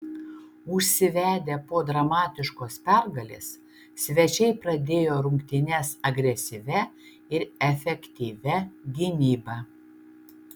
užsivedę po dramatiškos pergalės svečiai pradėjo rungtynes agresyvia ir efektyvia gynyba